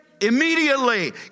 Immediately